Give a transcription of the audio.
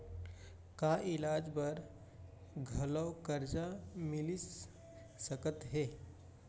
का इलाज बर घलव करजा मिलिस सकत हे?